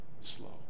slow